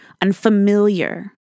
unfamiliar